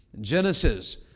Genesis